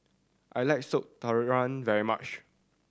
I like Soup Tulang very much